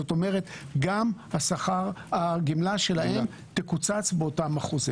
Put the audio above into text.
זאת אומרת, גם הגמלה שלהם תקוצץ באותם אחוזים.